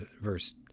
verse